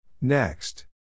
Next